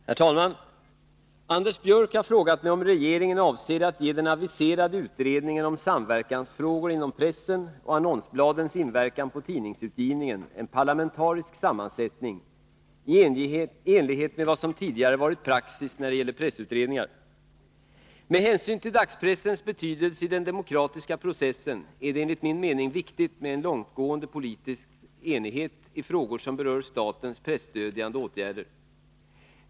Herr talman! Anders Björck har frågat mig om regeringen avser att ge den aviserade utredningen om samverkansfrågor inom pressen och annonsbladens inverkan på tidningsutgivningen en parlamentarisk sammansättning i enlighet med vad som tidigare varit praxis när det gäller pressutredningar. Med hänsyn till dagspressens betydelse i den demokratiska processen är det enligt min mening viktigt med ett långtgående politiskt samförstånd i frågor som berör statens presstödjande åtgärder.